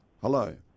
Hello